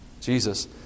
Jesus